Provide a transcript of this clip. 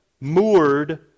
Moored